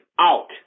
out